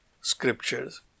scriptures